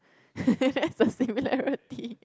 it's the similarity